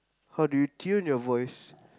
how do you tune your voice